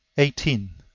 eighteen.